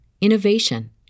innovation